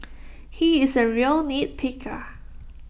he is A real nitpicker